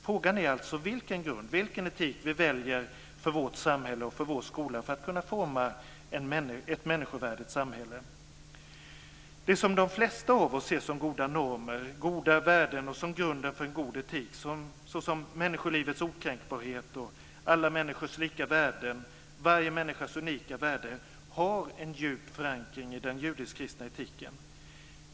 Frågan är alltså vilken grund och vilken etik vi väljer för vårt samhälle och vår skola för att kunna forma ett människovärdigt samhälle. Det som de flesta av oss ser som goda normer, goda värden och som grunden för en god etik såsom människolivets okränkbarhet, alla människors lika värde och varje människas unika värde har en djup förankring i den judisk-kristna etiken.